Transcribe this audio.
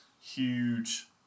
huge